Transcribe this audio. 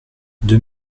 deux